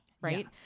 right